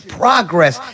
progress